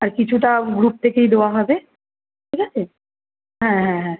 আর কিছুটা গ্রুপ থেকেই দেওয়া হবে ঠিক আছে হ্যাঁ হ্যাঁ হ্যাঁ